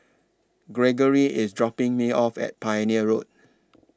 Gregory IS dropping Me off At Pioneer Road